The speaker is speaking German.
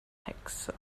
hexe